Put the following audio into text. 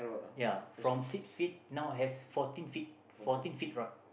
ya from six feet now I have fourteen feet fourteen feet rod